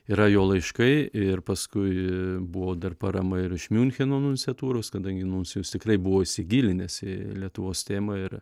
yra jo laiškai ir paskui buvo dar parama ir iš miuncheno nunciatūros kadangi nuncijus tikrai buvo įsigilinęs į lietuvos tėmą ir